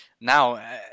now